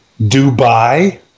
Dubai